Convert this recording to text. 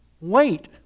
wait